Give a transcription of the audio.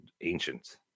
ancient